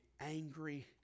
angry